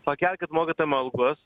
pakelkit mokytojam algas